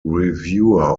reviewer